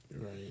Right